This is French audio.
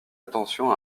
attention